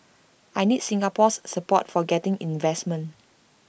I need Singapore's support for getting investment